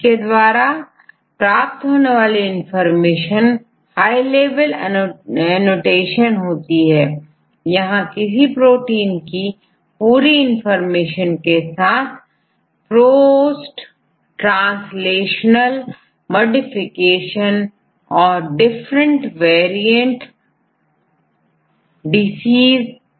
Uni Protके द्वारा प्राप्त होने वाली information high level annotation होती है यहां किसी प्रोटीन की पूरी इंफॉर्मेशन के साथ पोस्ट ट्रांसलेशनल मॉडिफिकेशन और डिफरेंट वेरिएंट्स डिसीज और इंटरेक्शन के बारे में संपूर्ण जानकारी होती है